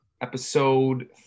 episode